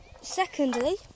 Secondly